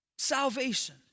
Salvation